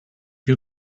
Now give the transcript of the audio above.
you